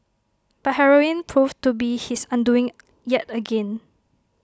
but heroin proved to be his undoing yet again